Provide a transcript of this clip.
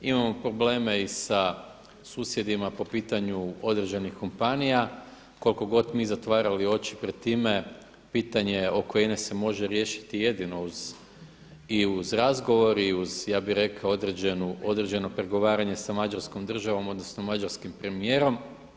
Imamo probleme i sa susjedima po pitanju određenih kompanija, koliko god mi zatvarali oči pred time pitanje oko INA-e se može riješiti jedino uz razgovor i ja bih rekao uz određeno pregovaranje sa Mađarskom državom odnosno mađarskim premijerom.